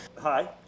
hi